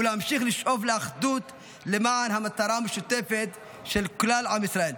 ולהמשיך לשאוף לאחדות למען המטרה המשותפת של כלל עם ישראל.